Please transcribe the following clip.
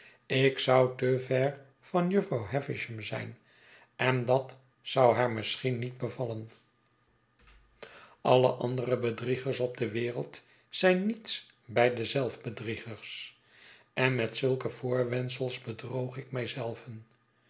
ik zou te ver van jufvrouw havisham zijn en dat zou haar misschien niet bevallen alle andere bedriegers op de wereld zijn niets bij de zelfbedriegers en met zulke voorwendsels bedroog ik mij